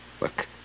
Look